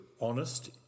honest